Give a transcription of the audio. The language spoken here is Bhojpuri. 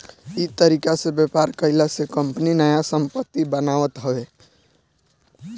इ तरीका से व्यापार कईला से कंपनी नया संपत्ति बनावत हवे